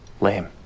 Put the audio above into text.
Lame